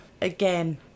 Again